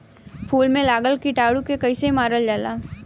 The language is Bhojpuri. फूल में लगल कीटाणु के कैसे मारल जाला?